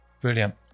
Brilliant